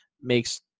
makes